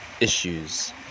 issues